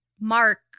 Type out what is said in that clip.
Mark